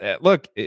look